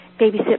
babysit